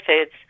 foods